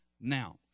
now